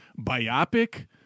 biopic